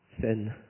sin